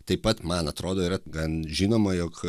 taip pat man atrodo yra gan žinoma jog